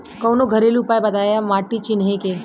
कवनो घरेलू उपाय बताया माटी चिन्हे के?